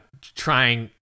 trying